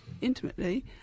intimately